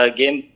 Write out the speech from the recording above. game